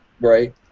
right